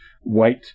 white